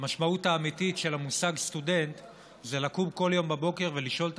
המשמעות האמיתית של המושג סטודנט זה לקום כל יום בבוקר ולשאול את